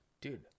dude